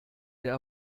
der